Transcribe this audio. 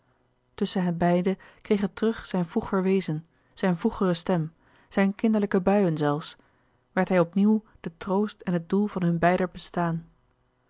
tusschen hen beiden kreeg het terug zijn vroeger wezen zijn vroegere stem zijn kinderlijke buien zelfs werd hij opnieuw de troost en het louis couperus de boeken der kleine zielen doel van hun beider bestaan